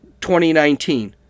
2019